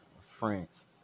France